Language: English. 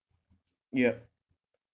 yup